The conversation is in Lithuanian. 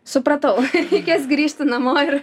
supratau reikės grįžti namo ir